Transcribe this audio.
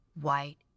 White